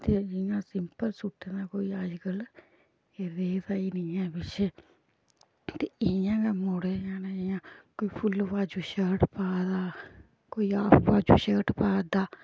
ते जियां simple suit न कोई अज्जकल रेह्दा ई नी ऐ पिच्छें ते इयां गै मुड़े न जियां कोई फुल बाजू शर्ट पा दा कोई हाफ बाजू शर्ट पा दा